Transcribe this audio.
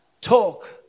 Talk